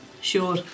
Sure